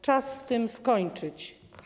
Czas z tym skończyć.